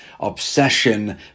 obsession